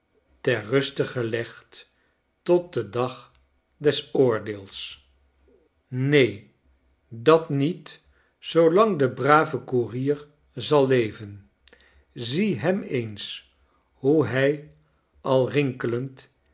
ter rfiste gelegd tot den dag des oordeels w neen dat niet zoolang de brave koerier zal leven zie hem eens hoe hij al rinkelend